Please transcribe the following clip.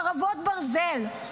חרבות ברזל.